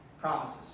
promises